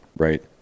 Right